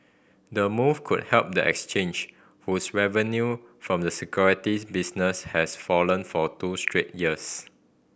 the move could help the exchange whose revenue from the securities business has fallen for two straight years